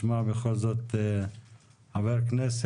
בוא נשמע אותך בעניין הזה.